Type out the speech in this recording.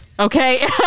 Okay